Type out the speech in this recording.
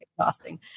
exhausting